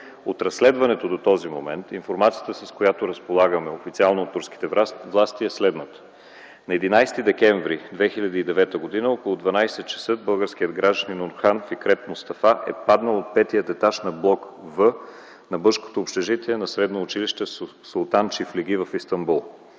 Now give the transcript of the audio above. От разследването до този момент, информацията, с която разполагам официално от турските власти, е следната. На 11 декември 2009 г. около 12,00 ч. българският гражданин Орхан Фикрет Мустафа е паднал от петия етаж на блок „В” на мъжкото общежитие на Средно училище „Султан Чифлиги” в Истанбул.